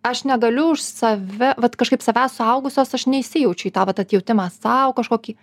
aš negaliu už save bet kažkaip savęs suaugusios aš neįsijaučiu į tą atjautimą sau kažkokį